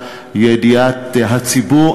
לידיעת כלל הציבור.